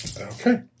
Okay